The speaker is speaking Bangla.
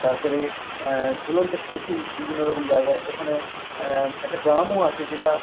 তারপরে ঝুলন্ত সেতু বিভিন্ন রকম জায়গায় ওখানে একটা গ্রামও আছে যেটা